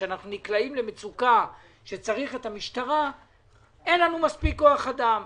כשאנחנו נקלעים למצוקה וצריך את המשטרה אין לנו מספיק כוח אדם,